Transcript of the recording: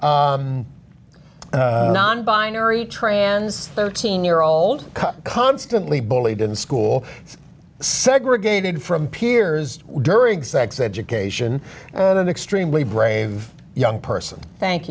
non binary trans thirteen year old constantly bullied in school segregated from peers during sex education extremely brave young person thank